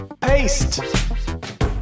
Paste